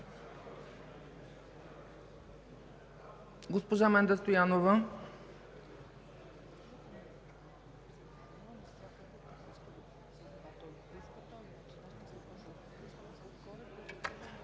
Госпожа Менда Стоянова.